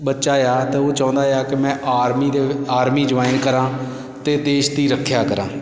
ਬੱਚਾ ਆ ਤਾਂ ਉਹ ਚਾਹੁੰਦਾ ਆ ਕਿ ਮੈਂ ਆਰਮੀ ਦੇ ਵ ਆਰਮੀ ਜੁਆਇਨ ਕਰਾਂ ਅਤੇ ਦੇਸ਼ ਦੀ ਰੱਖਿਆ ਕਰਾਂ